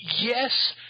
yes